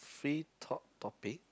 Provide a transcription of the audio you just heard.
free talk topic